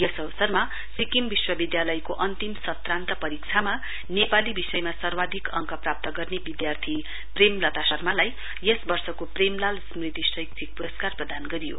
यस अवसरमा सिक्किम विश्वविद्याल्यको अन्तिम सत्रान्त परीक्षामा नेपाली विषयमा सर्वाधिक अङ्क प्राप्त गर्ने विद्यार्थी प्रेमलता शर्मालाई यस वर्षको प्रेमलाल स्मृति शैक्षिक पुरस्कार प्रदान गरियो